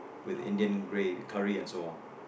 with Indian gra~ curry and so on